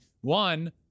one